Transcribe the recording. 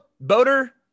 boater